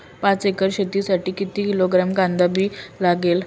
पाच एकर शेतासाठी किती किलोग्रॅम कांदा बी लागेल?